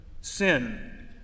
Sin